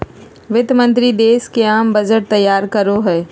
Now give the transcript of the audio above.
वित्त मंत्रि देश के आम बजट तैयार करो हइ